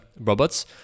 robots